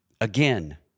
again